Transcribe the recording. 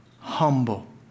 humble